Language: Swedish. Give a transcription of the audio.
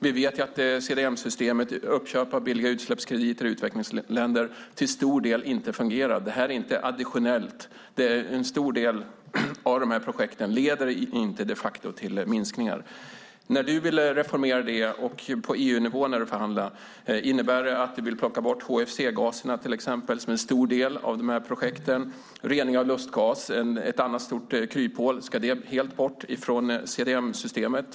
Vi vet att CDM-systemet, uppköp av billiga utsläppskrediter i utvecklingsländer, till stor del inte fungerar. Det är inte additionellt. En stor del av projekten leder de facto inte till minskningar. När du vill reformera det och förhandlar på EU-nivå undrar jag om de innebär att du till exempel vill plocka bort HFC-gaserna, som utgör en stor del av projekten. Rening av lustgas är ett annat stort kryphål. Ska det bort helt från CDM-systemet?